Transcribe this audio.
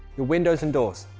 your windows and doors